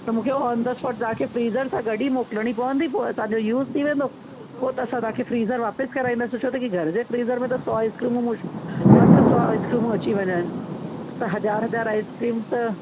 त मूंखे on the spot तव्हांखे फ़्रीजर सां गॾ ई मोकलिणी पवंदी पोइ असांजो यूज थी वेंदो पोइ त असां तव्हांखे फ़्रीजर वापिसि कराईंदासी छो त की घर जे फ़्रीजर में त सौ आइसक्रीमूं मुश मस सौ आइसक्रीमूं अची वञनि त हज़ार हज़ार आइसक्रीम त